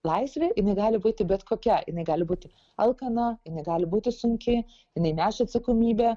laisvė jinai gali būti bet kokia jinai gali būti alkana jinai gali būti sunki jinai neša atsakomybę